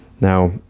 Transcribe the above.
Now